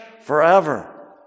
forever